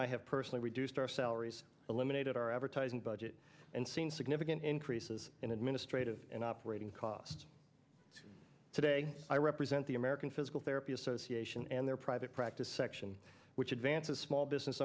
i have personally reduced our salaries eliminated our advertising budget and seen significant increases in administrative and operating costs today i represent the american physical therapy association and their private practice section which advances small business